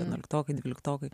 vienuoliktokai dvyliktokai